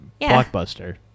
blockbuster